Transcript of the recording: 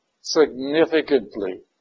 significantly